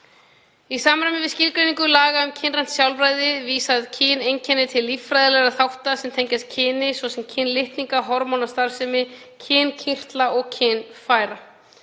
Í samræmi við skilgreiningu laga um kynrænt sjálfræði vísa kyneinkenni til líffræðilegra þátta sem tengjast kyni, svo sem kynlitninga, hormónastarfsemi, kynkirtla og kynfæra.